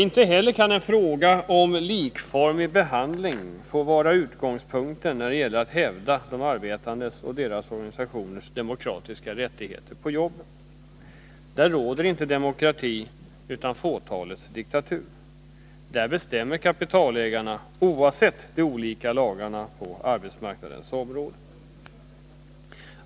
Inte heller kan en fråga om likformig behandling få vara utgångspunkten när det gäller att hävda de arbetandes och deras organisationers demokratiska rättigheter på jobbet. Där råder inte demokrati, utan fåtalets diktatur. Där bestämmer kapitalägarna, oavsett de olika lagarna på arbetsmarknadens område.